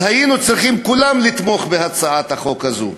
היינו צריכים כולנו לתמוך בהצעת החוק הזאת,